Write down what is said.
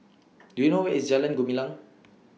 Do YOU know Where IS Jalan Gumilang